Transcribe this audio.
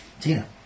Tina